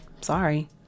Sorry